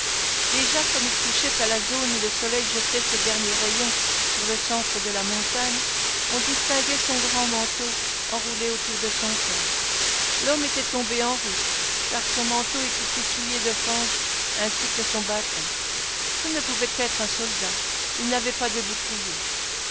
déjà comme il touchait à la zone où le soleil jetait ses derniers rayons sur le centre de la montagne on distinguait son grand manteau enroulé autour de son corps l'homme était tombé en route car son manteau était tout souillé de fange ainsi que son bâton ce ne pouvait être un soldat il n'avait pas de bouclier